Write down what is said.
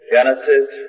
Genesis